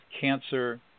cancer